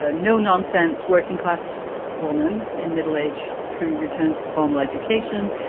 ah no nonsense working class woman in middle age who returns to formal education.